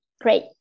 great